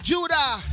Judah